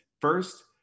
first